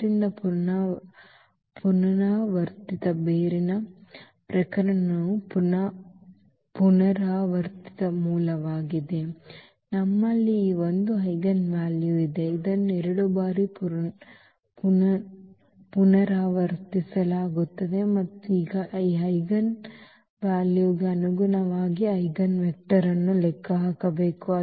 ಆದ್ದರಿಂದ ಪುನರಾವರ್ತಿತ ಬೇರಿನ ಪ್ರಕರಣವು ಪುನರಾವರ್ತಿತ ಮೂಲವಾಗಿದೆ ನಮ್ಮಲ್ಲಿ ಈ ಒಂದು ಐಜೆನ್ ವ್ಯಾಲ್ಯೂ ಇದೆ ಇದನ್ನು 2 ಬಾರಿ ಪುನರಾವರ್ತಿಸಲಾಗುತ್ತದೆ ಮತ್ತು ಈಗ ಈ ಐಜೆನ್ವೆಲ್ಯೂಗೆ ಅನುಗುಣವಾಗಿ ನಾವು ಐಜೆನ್ವೆಕ್ಟರ್ ಅನ್ನು ಲೆಕ್ಕ ಹಾಕಬೇಕು